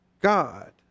God